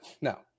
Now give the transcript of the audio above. No